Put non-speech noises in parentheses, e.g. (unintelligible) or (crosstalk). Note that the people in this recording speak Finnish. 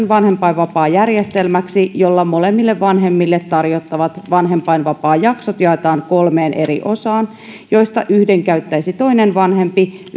(unintelligible) vanhempainvapaajärjestelmäksi jolla molemmille vanhemmille tarjottavat vanhempainvapaajaksot jaetaan kolmeen eri osaan joista yhden käyttäisi toinen vanhempi (unintelligible)